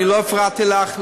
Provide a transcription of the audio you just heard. אני לא הפרעתי לך,